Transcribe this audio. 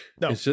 No